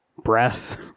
breath